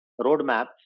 roadmap